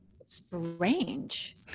strange